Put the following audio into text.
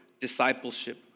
discipleship